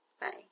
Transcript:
Bye